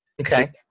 Okay